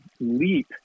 leap